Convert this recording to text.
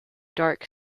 dark